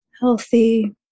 healthy